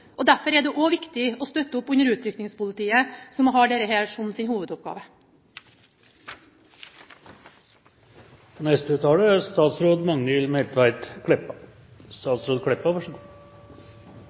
og derfor er det også viktig å støtte opp om Utrykningspolitiet, som har dette som sin hovedoppgave. Berre for ordens skuld: Det er